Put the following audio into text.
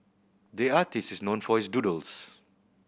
the artist is known for his doodles